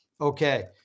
okay